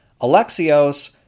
Alexios